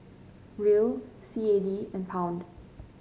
Riel C A D and Pound